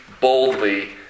boldly